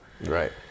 Right